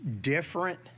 different